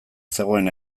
zegoen